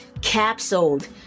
capsuled